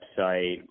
website